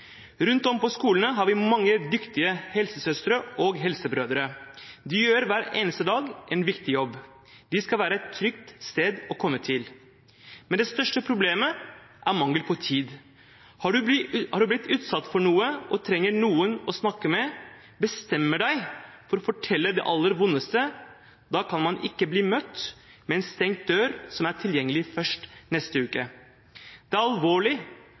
Rundt om på skolene har vi mange dyktige helsesøstre – og helsebrødre. De gjør hver eneste dag en viktig jobb. De skal representere et trygt sted å komme til. Men det største problemet er mangel på tid. Har du blitt utsatt for noe, trenger noen å snakke med og bestemmer deg for å fortelle det aller vondeste, kan man ikke bli møtt med en stengt dør – som er åpen først neste uke. Det er alvorlig